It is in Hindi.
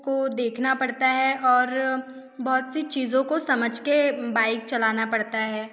को देखना पड़ता है और बहुत सी चीज़ों को समझ के बाइक चलाना पड़ता है